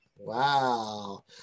wow